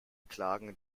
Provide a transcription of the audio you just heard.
klagen